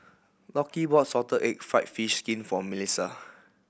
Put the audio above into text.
Lockie bought salted egg fried fish skin for Milissa